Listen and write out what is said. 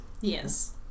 Yes